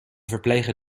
verplegen